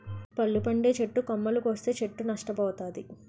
పళ్ళు పండే చెట్టు కొమ్మలు కోస్తే చెట్టు నష్ట పోతాది